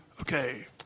Okay